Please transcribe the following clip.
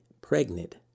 Pregnant